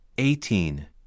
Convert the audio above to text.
Eighteen